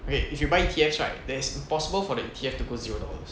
okay if you buy T_X right there's a possible for the E_T_F to go zero dollars